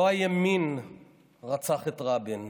לא הימין רצח את רבין.